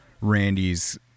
Randy's